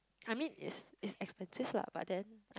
I mean is is expensive lah but then